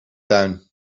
tuin